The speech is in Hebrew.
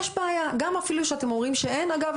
יש בעיה וזה גם למרות שאתם אומרים שאין ואגב,